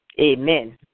Amen